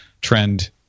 trend